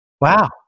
wow